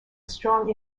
strong